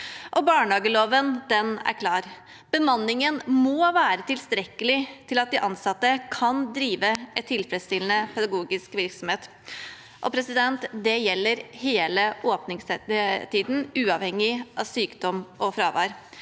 barnehageloven er klar: Bemanningen må være tilstrekkelig til at de ansatte kan drive en tilfredsstillende pedagogisk virksomhet. Det gjelder hele åpningstiden, uavhengig av sykdom og fravær.